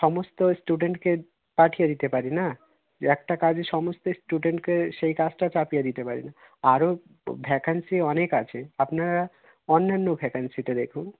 সমস্ত স্টুডেন্টকে পাঠিয়ে দিতে পারি না যে একটা কাজে সমস্ত স্টুডেন্টকে সেই কাজটা চাপিয়ে দিতে পারি না আরও ভ্যাকান্সি অনেক আছে আপনারা অন্যান্য ভ্যাকান্সিতে দেখুন